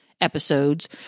episodes